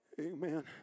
Amen